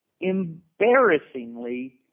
embarrassingly